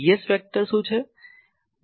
હવે ds vector શું છે